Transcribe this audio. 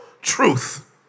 truth